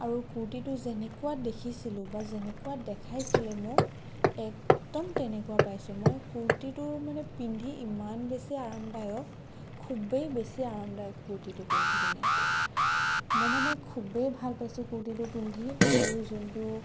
আৰু কূৰ্টীটো যেনেকুৱা দেখিছিলোঁ বা যেনেকুৱা দেখাইছিলে মোক একদম তেনেকুৱা পাইছোঁ মই কূৰ্টীটোৰ মানে পিন্ধি ইমান বেছি আৰামদায়ক খুবেই বেছি আৰামদায়ক কূৰ্টীটো পিন্ধি পিনে মই মানে খুবেই ভাল পাইছোঁ কূৰ্টীটো পিন্ধি আৰু যোনটো